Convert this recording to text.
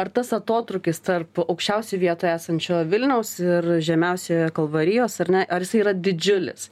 ar tas atotrūkis tarp aukščiausioj vietoj esančio vilniaus ir žemiausioje kalvarijos ar ne ar jisai yra didžiulis